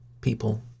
people